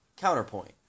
counterpoint